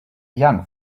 young